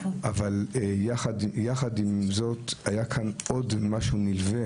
אבל יחד עם זאת היה כאן עוד משהו נלווה